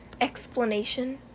Explanation